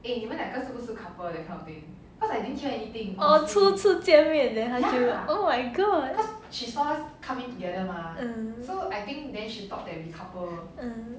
oh 初次见面 then 她就 oh my god mm mm